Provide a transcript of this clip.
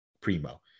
Primo